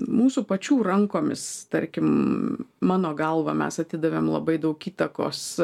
mūsų pačių rankomis tarkim mano galva mes atidavėm labai daug įtakos